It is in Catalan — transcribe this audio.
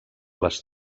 les